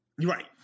Right